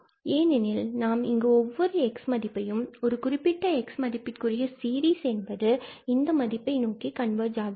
ஏனெனில் நாம் இங்கு ஒவ்வொரு x மதிப்பையும் ஒவ்வொரு குறிப்பிட்ட x மதிப்பிற்குரிய சீரிஸ் என்பது இந்த மதிப்பை நோக்கி கண்வர்ஜ் ஆகிறது